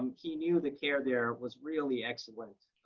um he knew the care there was really excellent,